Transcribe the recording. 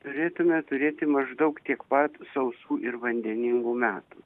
turėtume turėti maždaug tiek pat sausų ir vandeningų metų